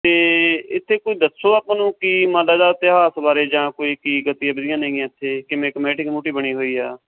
ਅਤੇ ਇੱਥੇ ਕੋਈ ਦੱਸੋ ਆਪਾਂ ਨੂੰ ਕਿ ਮਾੜਾ ਜਿਹਾ ਇਤਿਹਾਸ ਬਾਰੇ ਜਾਂ ਕੋਈ ਕੀ ਗਤੀਵਿਧੀਆਂ ਨੇਗੀਆਂ ਇੱਥੇ ਕਿਵੇਂ ਕਮੇਟੀ ਕਮੁਟੀ ਬਣੀ ਹੋਈ ਆ